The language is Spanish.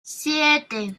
siete